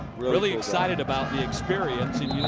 really excited about the experience.